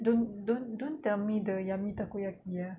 don't don't don't tell me the yummy takoyaki ah